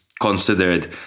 considered